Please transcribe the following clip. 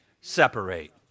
separate